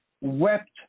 wept